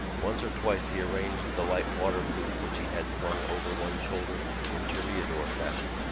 once or twice he rearranged the light waterproof which he had slung over one shoulder in toreador fashion.